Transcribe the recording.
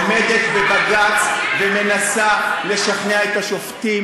עומדת בבג"ץ ומנסה לשכנע את השופטים